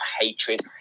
hatred